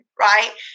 right